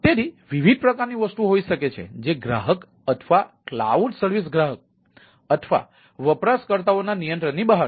તેથી વિવિધ પ્રકારની વસ્તુઓ હોઈ શકે છે જે ગ્રાહક અથવા ક્લાઉડ સર્વિસ ગ્રાહક અથવા વપરાશકર્તાઓના નિયંત્રણની બહાર છે